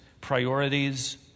priorities